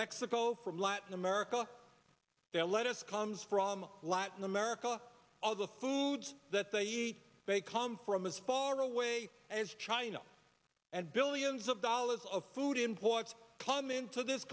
mexico from latin america their lettuce comes from latin america all the food that they eat they come from as far away as china and billions of dollars of food imports come into this